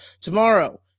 Tomorrow